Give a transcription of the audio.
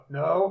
no